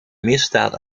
misdaad